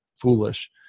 foolish